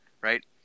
right